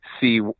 see